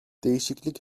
değişiklik